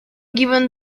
given